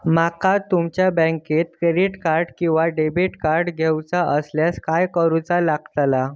माका तुमच्या बँकेचा क्रेडिट कार्ड किंवा डेबिट कार्ड घेऊचा असल्यास काय करूचा लागताला?